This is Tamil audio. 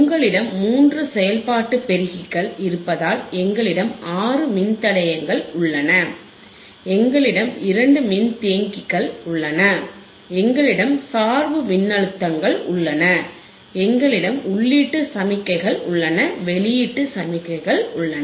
உங்களிடம் மூன்று செயல்பாட்டு பெருக்கிகள் இருப்பதால் எங்களிடம் ஆறு மின்தடையங்கள் உள்ளன எங்களிடம் இரண்டு மின்தேக்கிகள்உள்ளன எங்களிடம் சார்பு மின்னழுத்தங்கள் உள்ளன எங்களிடம் உள்ளீட்டு சமிக்ஞைகள் உள்ளன வெளியீட்டு சமிக்ஞைகள் உள்ளன